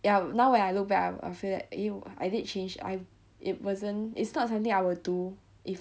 ya now when I look back I am afraid that eh I did change I it wasn't it's not something I will do if